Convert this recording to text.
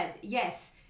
yes